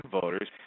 voters